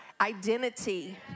identity